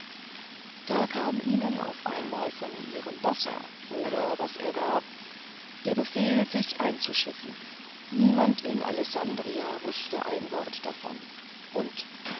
da kam ihnen auf einmal von ihrem bassa oder was er war der befehl sich einzuschiffen niemand in alessandria wußte ein wort davon und